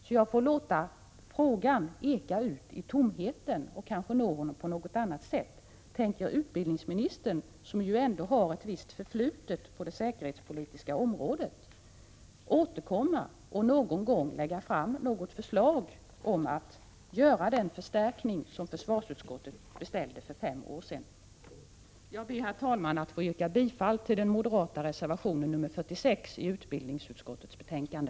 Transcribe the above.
Jag får därför låta frågan eka ut i tomheten och kanske nå honom på något annat sätt. Tänker utbildningsministern, som ändå har ett visst förflutet på det säkerhetspolitiska området, återkomma och någon gång lägga fram något förslag om att göra den förstärkning som försvarsutskottet beställde för fem år sedan? Herr talman! Jag ber att få yrka bifall till den moderata reservationen 46 i utbildningsutskottets betänkande.